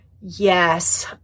Yes